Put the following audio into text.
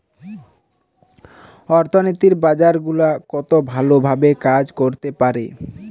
অর্থনীতির বাজার গুলা কত ভালো ভাবে কাজ করতে পারে